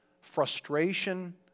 frustration